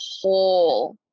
whole